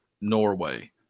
Norway